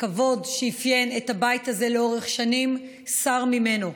הכבוד שאפיין את הבית הזה לאורך שנים סר ממנו.